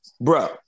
Bro